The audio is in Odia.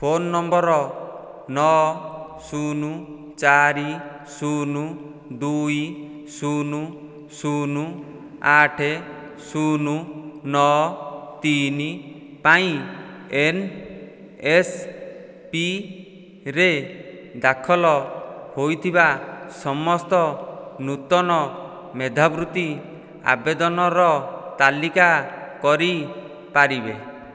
ଫୋନ୍ ନମ୍ବର୍ ନଅ ଶୂନ ଚାରି ଶୂନ ଦୁଇ ଶୂନ ଶୂନ ଆଠ ଶୂନୁ ନଅ ତିନି ପାଇଁ ଏନ୍ ଏସ୍ ପି ରେ ଦାଖଲ ହୋଇଥିବା ସମସ୍ତ ନୂତନ ମେଧାବୃତ୍ତି ଆବେଦନର ତାଲିକା କରି ପାରିବେ